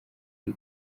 ari